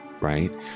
right